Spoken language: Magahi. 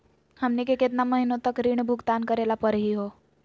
हमनी के केतना महीनों तक ऋण भुगतान करेला परही हो?